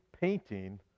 painting